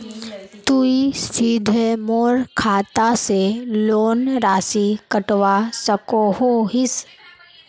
तुई सीधे मोर खाता से लोन राशि कटवा सकोहो हिस?